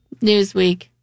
Newsweek